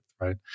right